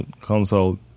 console